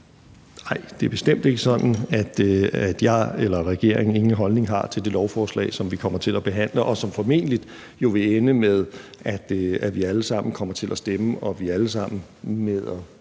Nej, det er bestemt ikke sådan, at jeg eller regeringen ingen holdning har til det lovforslag, som vi kommer til at behandle, og som formentlig jo vil ende med, at vi alle sammen kommer til at stemme, og at vi alle sammen vil kunne